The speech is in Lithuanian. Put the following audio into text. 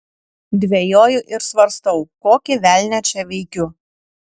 dvejoju ir svarstau kokį velnią čia veikiu